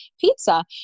pizza